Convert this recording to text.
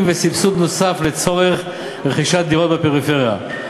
וסבסוד נוסף לצורך רכישת דירות בפריפריה.